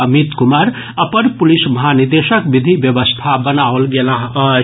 अमित कुमार अपर पुलिस महानिदेशक विधि व्यवस्था बनाओल गेलाह अछि